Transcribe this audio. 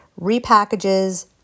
repackages